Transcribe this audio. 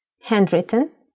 handwritten